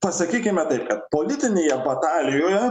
pasakykime taip kad politinėje batalijoje